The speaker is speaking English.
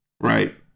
Right